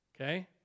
Okay